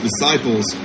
disciples